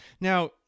now